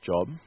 job